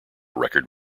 record